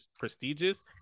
prestigious